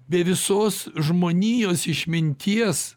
be visos žmonijos išminties